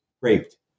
raped